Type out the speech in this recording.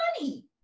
money